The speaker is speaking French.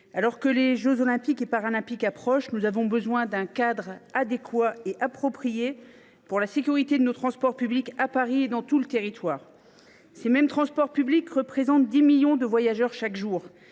Alors que les jeux Olympiques et Paralympiques approchent, nous avons besoin d’un cadre approprié pour la sécurité de nos transports publics, à Paris et sur tout le territoire. Nos transports publics prennent en charge 10 millions de voyageurs chaque jour.